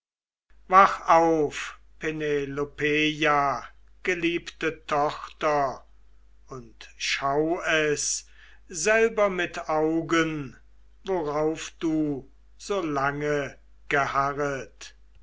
wach auf penelopeia geliebte tochter und schau es selber mit augen worauf du so lange geharret